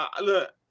Look